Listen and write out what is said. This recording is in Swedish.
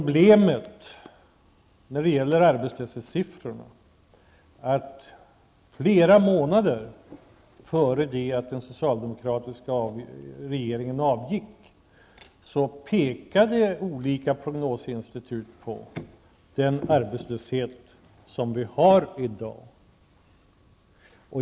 Flera månader före det att den socialdemokratiska regeringen avgick pekade prognoser från olika institut mot de arbetslöshetssiffror som vi har i dag.